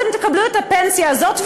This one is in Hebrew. אתם תקבלו את הפנסיה הזאת,